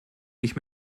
ich